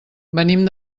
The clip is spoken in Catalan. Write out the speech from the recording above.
venim